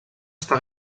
està